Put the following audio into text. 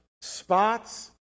spots